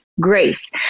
grace